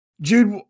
Jude